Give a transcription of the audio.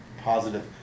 positive